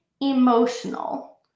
emotional